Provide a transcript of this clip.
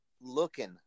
looking